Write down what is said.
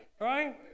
right